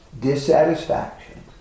dissatisfaction